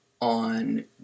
on